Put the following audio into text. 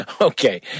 Okay